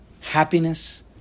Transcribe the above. Happiness